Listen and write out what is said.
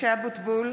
(קוראת בשמות חברי הכנסת) משה אבוטבול,